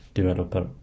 Developer